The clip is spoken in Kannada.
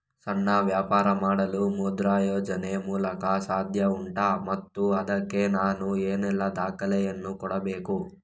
ಸಣ್ಣ ವ್ಯಾಪಾರ ಮಾಡಲು ಮುದ್ರಾ ಯೋಜನೆ ಮೂಲಕ ಸಾಧ್ಯ ಉಂಟಾ ಮತ್ತು ಅದಕ್ಕೆ ನಾನು ಏನೆಲ್ಲ ದಾಖಲೆ ಯನ್ನು ಕೊಡಬೇಕು?